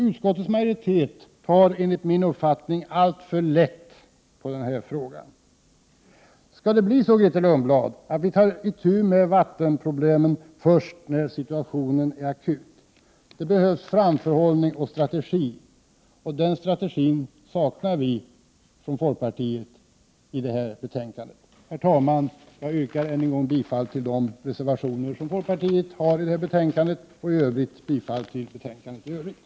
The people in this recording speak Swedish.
Utskottets majoritet tar enligt min uppfattning alltför lätt på den här frågan. Skall det bli så, Grethe Lundblad, att vi tar itu med vattenproblemen först när situationen är akut? Det behövs framförhållning och strategi. Denna strategi saknar vi från folkpartiet i detta betänkande. Herr talman! Jag yrkar än en gång bifall till de reservationer där folkpartiet finns med och i övrigt till utskottets hemställan.